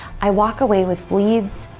i walk away with leads,